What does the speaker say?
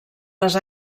les